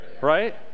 right